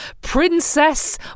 Princess